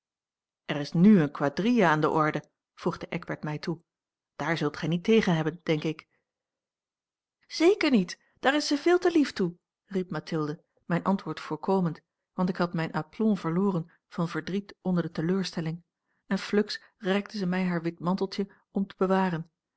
er is n eene quadrille aan de orde voegde eckbert mij toe daar zult gij niet tegen hebben denk ik zeker niet daar is zij veel te lief toe riep mathilde mijn antwoord voorkomend want ik had mijn aplomp verloren van verdriet onder de teleurstelling en fluks reikte ze mij haar wit manteltje om te bewaren